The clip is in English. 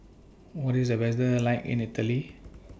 What IS The weather like in Italy